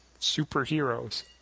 superheroes